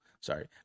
sorry